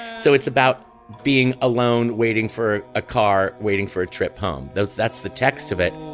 so it's about being alone waiting for a car waiting for a trip home. that's that's the text of it.